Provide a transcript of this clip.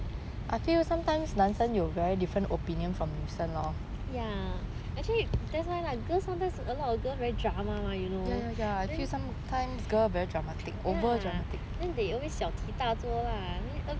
ya actually that's why lah girl sometimes a lot of girls very drama [one] you know ya then they always 小题大做 lah then a